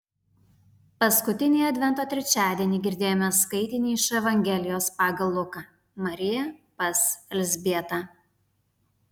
paskutinį advento trečiadienį girdėjome skaitinį iš evangelijos pagal luką marija pas elzbietą